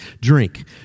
Drink